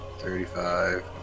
Thirty-five